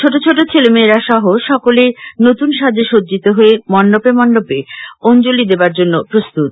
ছোট ছোট ছেলে মেয়েরাসহ সকলেই নতুন সাজে সঙ্জিত হয়ে মন্ডপে মন্ডপে অঞ্চলি দেবার জন্য প্রস্তুত